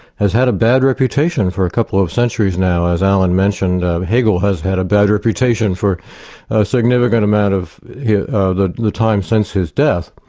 has had a bad reputation for a couple of centuries now as alan mentioned hegel has had a bad reputation for a significant amount of the the time since his death.